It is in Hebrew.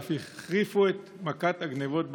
ואף החריפו את מכת הגנבות באזור.